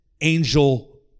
angel